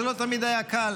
זה לא תמיד היה קל,